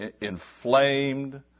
inflamed